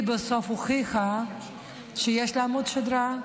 היא בסוף הוכיחה שיש לה עמוד שדרה,